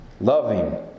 loving